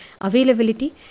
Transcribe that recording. availability